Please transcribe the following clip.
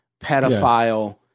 pedophile